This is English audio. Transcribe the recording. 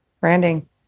Branding